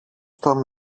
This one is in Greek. τον